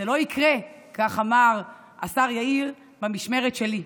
זה לא יקרה, כך אמר השר יאיר, במשמרת שלי.